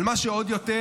אבל מה שעוד יותר